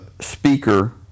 speaker